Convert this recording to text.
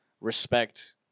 respect